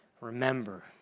remember